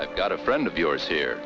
i've got a friend of yours here